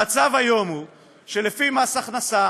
המצב היום הוא שלפי מס הכנסה